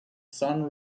sun